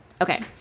Okay